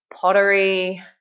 pottery